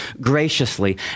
graciously